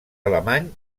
alemany